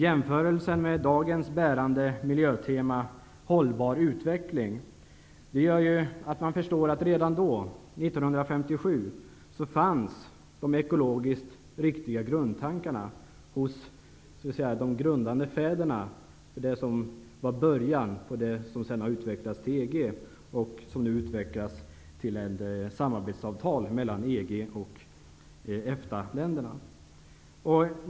Jämförelsen med dagens bärande miljötema, hållbar utveckling, gör att man förstår att de ekologiskt riktiga grundtankarna hos de grundande fäderna till det som var början på det som sedan har utvecklats till EG och som nu utvecklas till ett samarbetsavtal mellan EG och EFTA-länderna fanns redan 1957.